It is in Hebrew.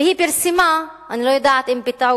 והיא פרסמה, אני לא יודעת אם בטעות,